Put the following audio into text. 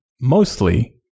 mostly